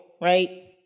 right